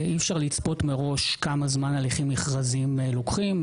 אי אפשר לצפות מראש כמה זמן הליכים מכרזיים לוקחים,